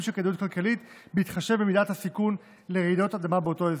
של כדאיות כלכלית ובהתחשב במידת הסיכון לרעידות אדמה באותו אזור.